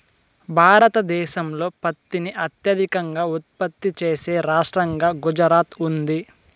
భారతదేశంలో పత్తిని అత్యధికంగా ఉత్పత్తి చేసే రాష్టంగా గుజరాత్ ఉంది